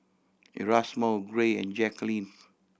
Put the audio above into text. Erasmo Gray and Jacquline